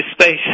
space